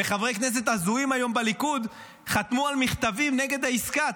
חברי כנסת הזויים בליכוד חתמו היום על מכתבים נגד העסקה,